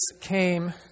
came